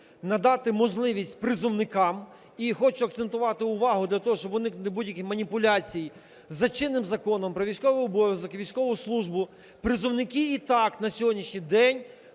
Надати можливість призовникам, і хочу акцентувати увагу для того, щоб уникнути будь-яких маніпуляцій, за чинним Законом "Про військовий обов'язок і війську службу" призовники і так на сьогоднішній день